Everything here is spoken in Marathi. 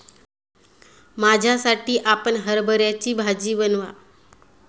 माझ्यासाठी आपण हरभऱ्याची भाजी बनवा